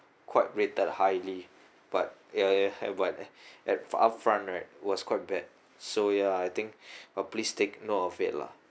quite rated highly but ya you have what at upfront right was quite bad so ya I think uh please take not of it lah